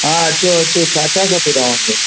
हा अचो अचो छा छा खपे तव्हांखे